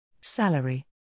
Salary